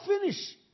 finish